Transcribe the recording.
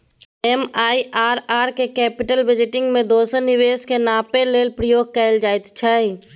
MIRR केँ capital budgeting मे दोसर निबेश केँ नापय लेल प्रयोग कएल जाइत छै